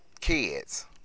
Kids